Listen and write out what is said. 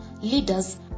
leaders